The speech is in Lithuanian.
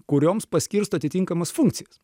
kurioms paskirsto atitinkamas funkcijas